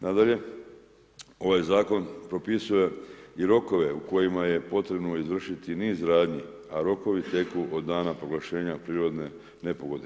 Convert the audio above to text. Nadalje, ovaj zakon propisuje i rokove u kojima je potrebno izvršiti i niz radnji a rokovi teku od dana proglašenja prirodne nepogode.